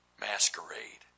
masquerade